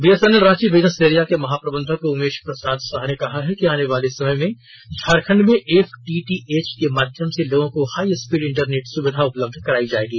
BSNL Ranchi business area के महाप्रबंधक उमेश प्रसाद साह ने कहा कि आने वाले समय में झारखंड में एफटीटीएच के माध्यम से लोगों को हाई स्पीड इंटरनेट सुविधा उपलब्ध करायी जायेगी